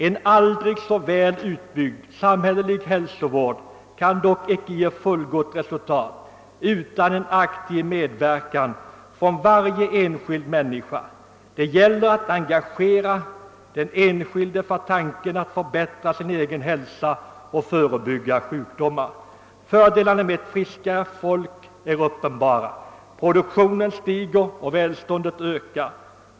En aldrig så väl utbyggd samhällelig hälsovård kan dock inte ge fullgott resultat utan en aktiv medverkan från varje enskild människa. Det gäller att engagera den enskilde för tanken att förbättra sin egen hälsa och förebygga sjukdomar. | Fördelarna med ett friskare folk är uppenbara. Produktionen stiger och välståndet ökar.